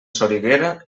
soriguera